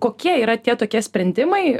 kokie yra tie tokie sprendimai